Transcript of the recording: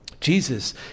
Jesus